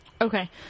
Okay